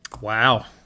Wow